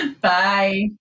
Bye